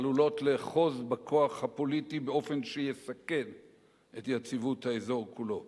העלולות לאחוז בכוח הפוליטי באופן שיסכן את יציבות האזור כולו.